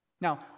Now